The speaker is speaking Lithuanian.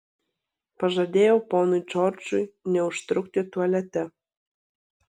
pažadėjau ponui džordžui neužtrukti tualete